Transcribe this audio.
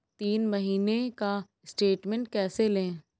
तीन महीने का स्टेटमेंट कैसे लें?